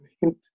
hint